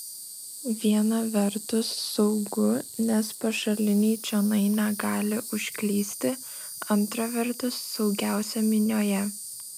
viena vertus saugu nes pašaliniai čionai negali užklysti antra vertus saugiausia minioje